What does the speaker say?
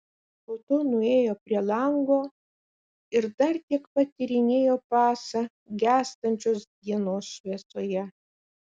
po to nuėjo prie lango ir dar tiek pat tyrinėjo pasą gęstančios dienos šviesoje